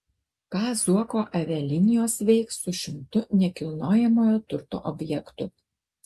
ką zuoko avialinijos veiks su šimtu nekilnojamojo turto objektų